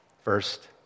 First